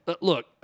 look